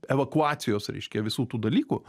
evakuacijos reiškia visų tų dalykų